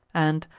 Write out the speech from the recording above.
and,